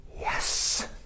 yes